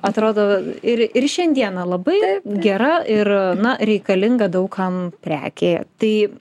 atrodo ir ir šiandieną labai gera ir na reikalinga daug kam prekė tai